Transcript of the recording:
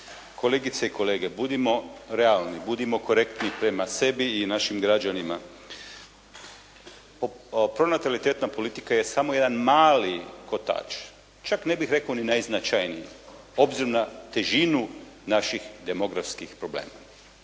Kolegice i kolege, budimo realni, budimo korektni prema sebi i našim građanima. Pronatalitetna politika je samo jedan mali kotač, čak ne bih rekao ni najznačajniji obzirom na težinu naših demografskih problema.